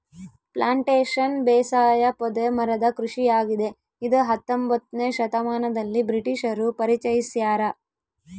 plantation ಬೇಸಾಯ ಪೊದೆ ಮರದ ಕೃಷಿಯಾಗಿದೆ ಇದ ಹತ್ತೊಂಬೊತ್ನೆ ಶತಮಾನದಲ್ಲಿ ಬ್ರಿಟಿಷರು ಪರಿಚಯಿಸ್ಯಾರ